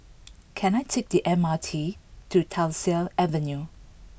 can I take the M R T to Tyersall Avenue